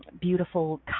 beautiful